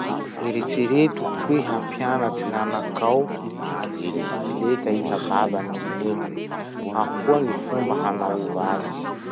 Eritsereto hoe hampianatsy gn'anakao hitikitsy bisikeleta iha babany noho neniny. Ahoa gny fomba hanaova azy?